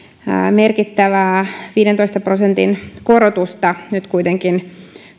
merkittävää viidentoista prosentin korotusta nyt kuitenkin